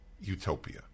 utopia